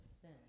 sin